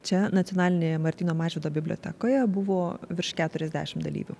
čia nacionalinėje martyno mažvydo bibliotekoje buvo virš keturiasdešimt dalyvių